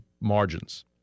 margins